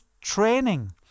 training